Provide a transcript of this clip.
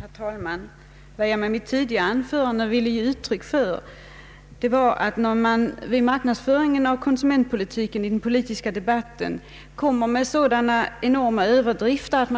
Herr talman! Jag ville i mitt tidigare anförande ge uttryck för att när det vid marknadsföringen av konsumentpolitiken i den politiska debatten kommer fram sådana enorma överdrifter att